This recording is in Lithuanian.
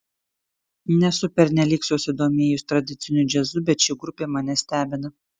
nesu pernelyg susidomėjus tradiciniu džiazu bet ši grupė mane stebina